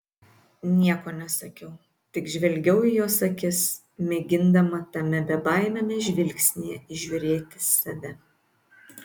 nieko nesakiau tik žvelgiau į jos akis mėgindama tame bebaimiame žvilgsnyje įžiūrėti save